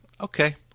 okay